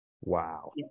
Wow